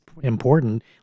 important